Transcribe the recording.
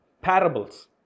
parables